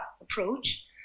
approach